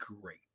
great